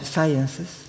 Sciences